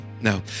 No